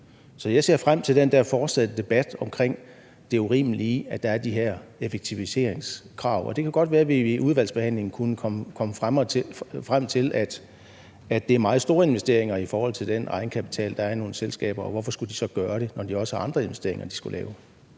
Så jeg ser frem til den fortsatte debat om det urimelige i, at der er de her effektiviseringskrav. Og det kan godt være, at vi i udvalgsbehandlingen kunne komme frem til, at det er meget store investeringer i forhold til den egenkapital, der er i nogle selskaber – og hvorfor skulle de så gøre det, når de også har andre investeringer, de skal lave?